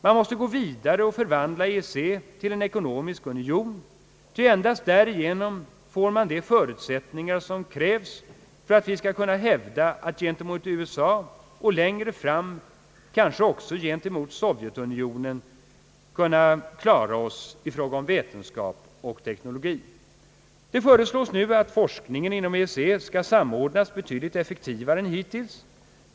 Man måste gå vidare och förvandla EEC till en ekonomisk union, ty endast därigenom får man de förutsättningar som krävs för att vi skall kunna hävda oss gentemot USA och längre fram kanske också gentemot Sovietunionen i fråga om vetenskap och teknologi. Det föreslås nu att forskningen inom EEC skall samordnas betydligt effektivare än hittills.